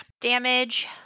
Damage